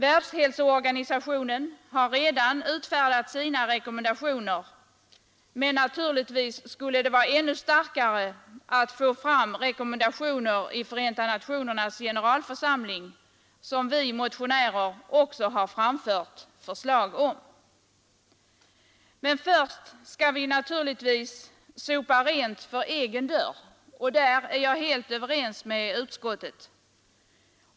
Världshälsoorganisationen har redan utfärdat sina rekommendationer, men det skulle vara ännu starkare att få fram rekommendationer i Förenta nationernas generalförsamling, vilket vi motionärer också har framfört förslag om. Men först skall vi sopa rent för egen dörr, och där är jag helt överens med utskottet.